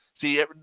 see